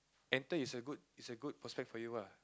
enter it's a good it's a good prospect for you ah